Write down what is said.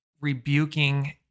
rebuking